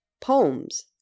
poems